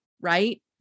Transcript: right